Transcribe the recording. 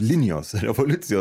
linijos revoliucijos